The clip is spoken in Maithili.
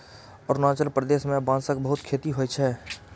अरुणाचल प्रदेश मे बांसक बहुत खेती होइ छै